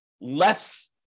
less